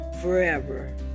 forever